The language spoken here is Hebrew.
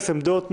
עמדות?